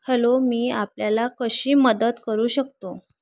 hello मी आपल्याला कशी मदत करू शकतो